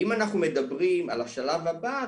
אם אנחנו מדברים על השלב הבא,